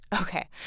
Okay